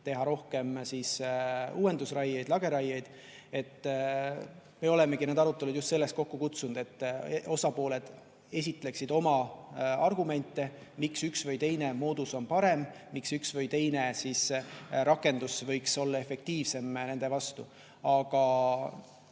teha rohkem uuendusraieid, lageraieid. Me olemegi need arutelud just selleks kokku kutsunud, et osapooled esitleksid oma argumente, miks üks või teine moodus on parem, miks üks või teine rakendus võiks olla efektiivsem nende vastu. Aga